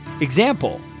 example